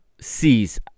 sees